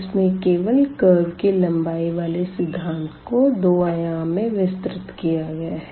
इसमें केवल कर्व की लम्बाई वाले सिद्धांत को दो आयाम में विस्तृत किया गया है